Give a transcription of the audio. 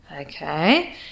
okay